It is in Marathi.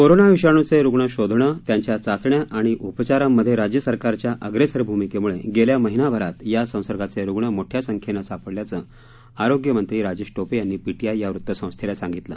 कोरोना विषाणुचे रुग्ण शोधणं त्यांच्या चाचण्या आणि उपचारांमधे राज्य सरकारच्या अग्रेसर भूमिकेमुळे गेल्या महिनाभरात या संसर्गाचे रुग्ण मोठ्या संख्येनं सापडल्याचं आरोग्य मंत्री राजेश टोपे यांनी पीटीआय या वृत्तसंस्थेला सांगितलं